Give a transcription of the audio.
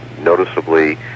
noticeably